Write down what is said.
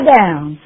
down